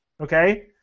Okay